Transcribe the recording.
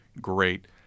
great